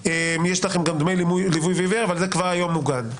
יש לכם גם דמי ליווי עיוור אבל זה כבר היום מוגן.